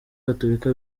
gatolika